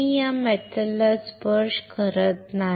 मी या मेटल ला स्पर्श करत नाही